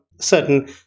certain